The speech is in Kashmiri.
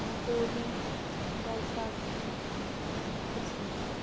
ہولی بیساکھی کِرٛسمَس